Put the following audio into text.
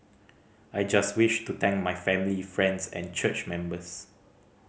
I just wish to thank my family friends and church members